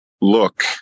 look